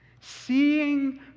Seeing